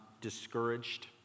discouraged